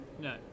No